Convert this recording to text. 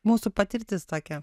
mūsų patirtis tokia